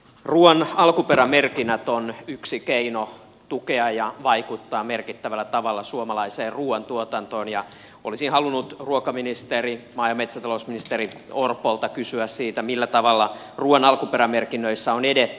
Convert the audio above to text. ruoan alkuperämerkinnät ovat yksi keino tukea suomalaista ruoantuotantoa ja vaikuttaa siihen merkittävällä tavalla ja olisin halunnut ruokaministeri maa ja metsätalousministeri orpolta kysyä siitä millä tavalla ruoan alkuperämerkinnöissä on edetty